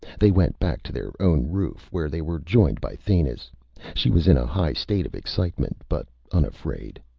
they went back to their own roof, where they were joined by thanis. she was in a high state of excitement, but unafraid.